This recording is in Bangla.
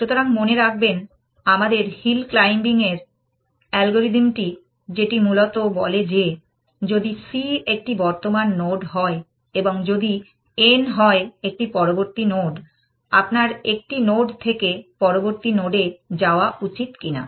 সুতরাং মনে রাখবেন আমাদের হিল ক্লাইম্বিং এর অ্যালগরিদমটি যেটি মূলত বলে যে যদি c একটি বর্তমান নোড হয় এবং যদি n হয় একটি পরবর্তী নোড আপনার একটি নোড থেকে পরবর্তী নোডে যাওয়া উচিত কিনা